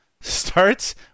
starts